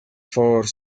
for